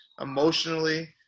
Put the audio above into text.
emotionally